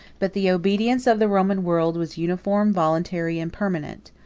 but the obedience of the roman world was uniform, voluntary, and permanent.